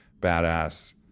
badass